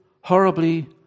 horribly